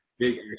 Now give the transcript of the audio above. Big